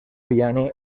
piano